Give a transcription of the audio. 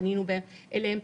פנינו אליהם,